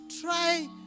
try